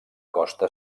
costa